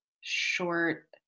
short